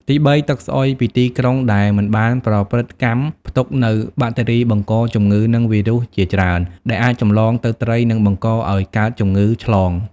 ទីបី ទឹកស្អុយពីទីក្រុងដែលមិនបានប្រព្រឹត្តកម្ម ផ្ទុកនូវបាក់តេរីបង្កជំងឺ និងវីរុសជាច្រើន ដែលអាចចម្លងទៅត្រី និងបង្កឱ្យកើតជំងឺឆ្លង។